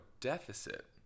deficit